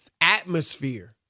atmosphere